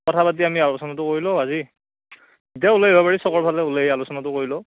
কথা পাতি আমি আলোচনাটো কৰি লওঁ আজি ইতাও ওলে আইভা পাৰি চ'কৰ ফালে ওলে আহি আলোচনাটো কৰি লওঁ